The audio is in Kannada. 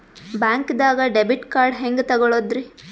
ಬ್ಯಾಂಕ್ದಾಗ ಡೆಬಿಟ್ ಕಾರ್ಡ್ ಹೆಂಗ್ ತಗೊಳದ್ರಿ?